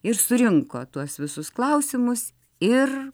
ir surinko tuos visus klausimus ir